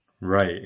Right